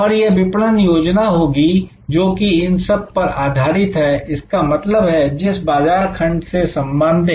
और यह विपणन योजना होगी जो कि इन सब पर आधारित है इसका मतलब है जिस बाजार खंड से संबंधित